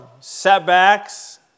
setbacks